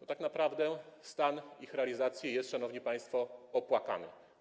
to tak naprawdę stan ich realizacji jest, szanowni państwo, opłakany.